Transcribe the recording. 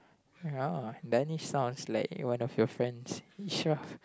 ya Danish sounds like one of your friends Israf